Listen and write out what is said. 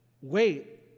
Wait